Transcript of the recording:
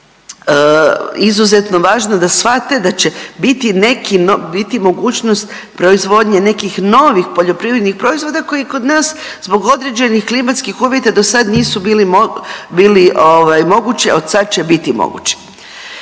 je izuzetno važno da shvate da će biti neki, biti mogućnost proizvodnje nekih novih poljoprivrednih proizvoda koji kod nas zbog određenih klimatskih uvjeta do sad nisu bili mogući, od sad će biti mogući.